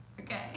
okay